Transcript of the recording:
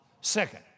Second